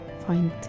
Find